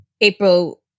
April